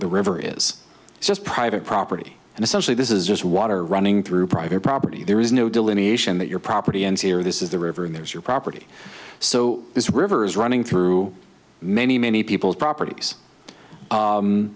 the river is just private property and essentially this is just water running through private property there is no delineation that your property ends here this is the river and there's your property so this river is running through many many people's properties